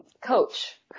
coach